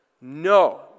No